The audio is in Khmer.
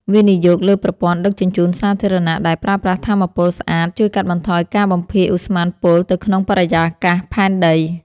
វិនិយោគលើប្រព័ន្ធដឹកជញ្ជូនសាធារណៈដែលប្រើប្រាស់ថាមពលស្អាតជួយកាត់បន្ថយការបំភាយឧស្ម័នពុលទៅក្នុងបរិយាកាសផែនដី។